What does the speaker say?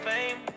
Fame